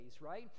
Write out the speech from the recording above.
right